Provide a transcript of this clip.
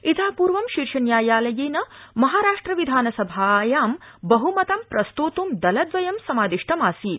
इत पूर्व शीर्षन्यायालयेन महाराष्ट्र विधानसभायां बहुमतं प्रस्तोतुं दलद्वयं समादिष्टमासीत्